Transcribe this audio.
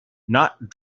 not